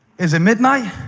is it midnight